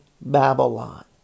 Babylon